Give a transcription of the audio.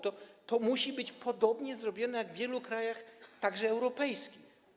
To musi być podobnie zrobione jak w wielu krajach, także europejskich.